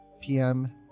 PM